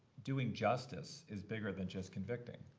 doing justice is bigger than just convicting.